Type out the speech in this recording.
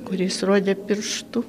kuris rodė pirštu